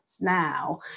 now